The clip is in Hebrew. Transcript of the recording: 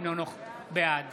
בעד